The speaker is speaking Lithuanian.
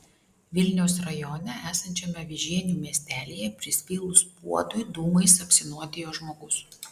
vilniaus rajone esančiame avižienių miestelyje prisvilus puodui dūmais apsinuodijo žmogus